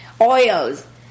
oils